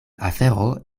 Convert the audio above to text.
afero